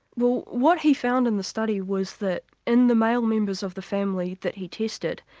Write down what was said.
well what he found in the study was that in the male members of the family that he tested,